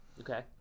Okay